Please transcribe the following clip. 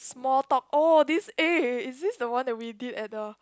small talk orh this eh is it the one that we did at a